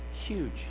Huge